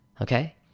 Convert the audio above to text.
Okay